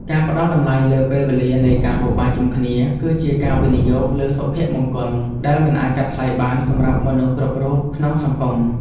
ការផ្តល់តម្លៃលើពេលវេលានៃការហូបបាយជុំគ្នា គឺជាការវិនិយោគលើសុភមង្គលដែលមិនអាចកាត់ថ្លៃបានសម្រាប់មនុស្សគ្រប់រូបក្នុងសង្គម។